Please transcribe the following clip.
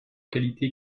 qualité